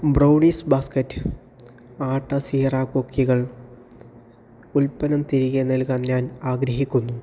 brownies basket ആട്ട സീറ കുക്കികൾ ഉൽപ്പന്നം തിരികെ നൽകാൻ ഞാൻ ആഗ്രഹിക്കുന്നു